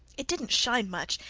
it didn't shine much,